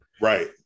Right